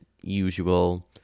usual